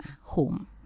home